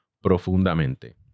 profundamente